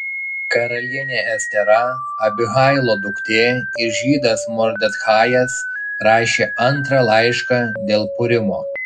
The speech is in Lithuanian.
karalienė estera abihailo duktė ir žydas mordechajas rašė antrą laišką dėl purimo